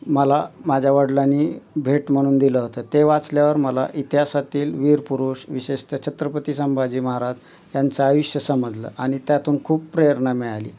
मला माझ्या वडिलांनी भेट म्हणून दिलं होतं ते वाचल्यावर मला इतिहासातील वीर पुरुष विशेषत छत्रपती संभाजी महाराज यांचं आयुष्य समजलं आणि त्यातून खूप प्रेरणा मिळाली